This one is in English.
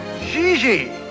Gigi